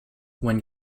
when